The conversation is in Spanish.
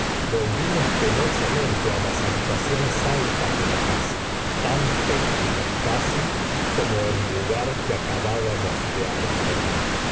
volvimos penosamente a las habitaciones altas de la casa tan tétricas casi como el lugar que acabábamos de abandonar